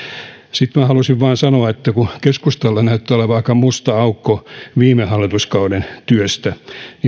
sitten minä haluaisin vain sanoa että kun keskustalla näyttää olevan aika musta aukko viime hallituskauden työstä niin